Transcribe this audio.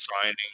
signing